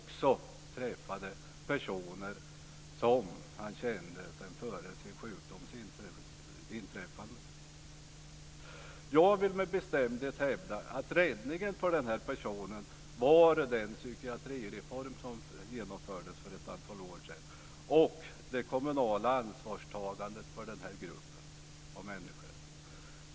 Han träffade också personer som han kände innan han blev sjuk. Jag vill med bestämdhet hävda att räddningen för den här personen var den psykiatrireform som genomfördes för ett antal år sedan och det kommunala ansvarstagandet för den här gruppen av människor.